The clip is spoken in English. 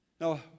Now